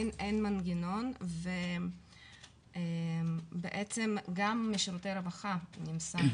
אין מנגנון ובעצם גם משירותי הרווחה נמסר